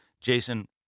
Jason